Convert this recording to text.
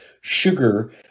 sugar